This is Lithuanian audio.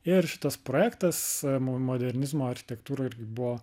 ir šitas projektas mo modernizmo architektūroj irgi buvo